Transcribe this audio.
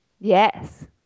Yes